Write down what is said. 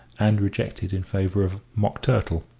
and rejected in favour of mock turtle.